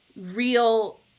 real